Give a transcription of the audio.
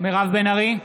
מירב בן ארי,